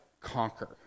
conquer